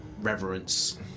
reverence